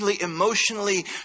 emotionally